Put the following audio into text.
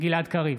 גלעד קריב,